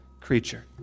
creature